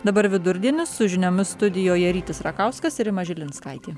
dabar vidurdienis su žiniomis studijoje rytis rakauskas ir rima žilinskaitė